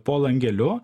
po langeliu